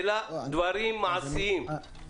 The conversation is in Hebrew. דברים מעשיים.